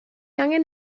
angen